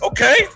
Okay